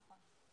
נכון.